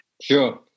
Sure